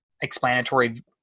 explanatory